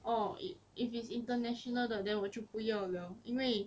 orh it if it's international 的 then 我就不要了因为